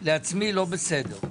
לעצמי לא בסדר,